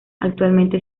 actualmente